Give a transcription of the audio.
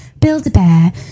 Build-A-Bear